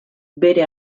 bere